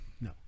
No